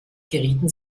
gerieten